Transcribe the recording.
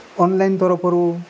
online ତରଫରୁ